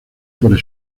por